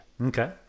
Okay